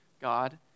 God